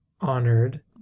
honored